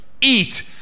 eat